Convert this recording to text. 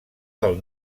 del